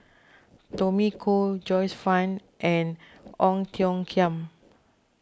Tommy Koh Joyce Fan and Ong Tiong Khiam